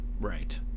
right